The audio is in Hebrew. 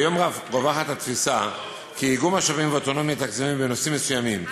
כיום רווחת התפיסה שאיגום משאבים ואוטונומיה תקציבית בנושאים מסוימים,